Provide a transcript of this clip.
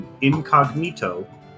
incognito